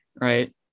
right